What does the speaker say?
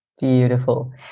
beautiful